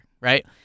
right